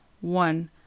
one